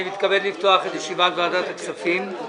אני מתכבד לפתוח את ישיבת ועדת הכספים.